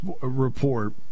report